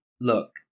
Look